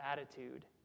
attitude